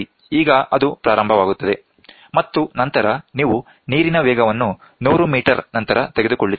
ಈಗ ಅದು ಪ್ರಾರಂಭವಾಗುತ್ತದೆ ಮತ್ತು ನಂತರ ನೀವು ನೀರಿನ ವೇಗವನ್ನು 100 ಮೀಟರ್ ನಂತರ ತೆಗೆದುಕೊಳ್ಳುತ್ತೀರಿ